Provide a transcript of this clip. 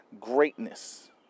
greatness